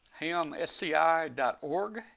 hamSCI.org